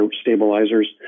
stabilizers